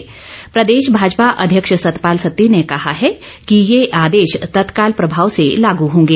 party के प्रदेश अध्यक्ष सतपाल सत्ती ने कहा है कि ये आदेश तत्काल प्रभाव से लागू होंगे